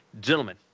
Gentlemen